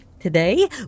Today